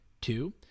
Two